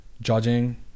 judging